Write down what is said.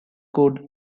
could